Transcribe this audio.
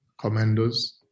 commandos